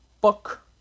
book